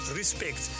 respect